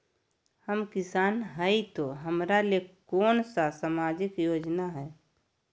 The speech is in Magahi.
हम किसान हई तो हमरा ले कोन सा सामाजिक योजना है?